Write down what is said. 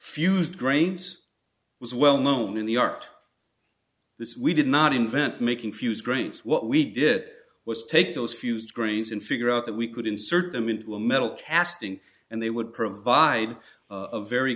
fused grains was well known in the art this we did not invent making fuse grains what we did was take those fused grains and figure out that we could insert them into a metal casting and they would provide of very